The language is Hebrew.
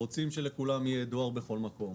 אני רוצה להתעסק במה